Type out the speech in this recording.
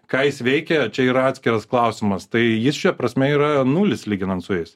ką jis veikia čia yra atskiras klausimas tai jis šia prasme yra nulis lyginant su jais